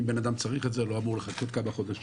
אם בן אדם צריך את זה הוא לא אמור לחכות כמה חודשים.